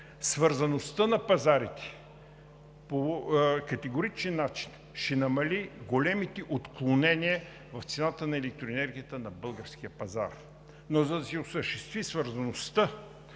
Свързаността на пазарите по категоричен начин ще намали големите отклонения в цената на електроенергията на българския пазар. Но за да се осъществи свързаността,